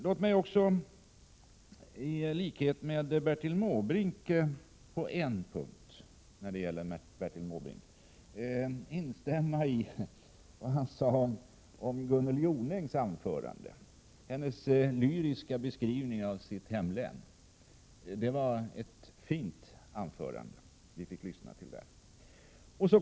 Låt mig på en punkt instämma i vad Bertil Måbrink sade, nämligen när han talade om Gunnel Jonängs lyriska beskrivning av sitt hemlän. Det var ett fint anförande vi fick lyssna till där.